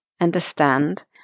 understand